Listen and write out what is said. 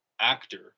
actor